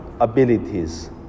abilities